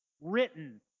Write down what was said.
written